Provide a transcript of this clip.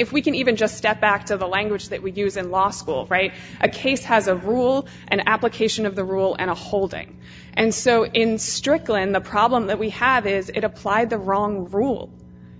if we can even just step back to the language that we use in law school right a case has a rule and application of the rule and a holding and so in strickland the problem that we have is it applied the wrong rule